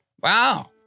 Wow